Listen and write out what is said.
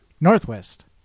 northwest